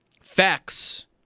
facts